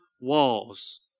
walls